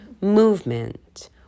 movement